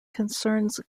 concerns